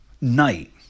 night